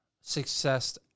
success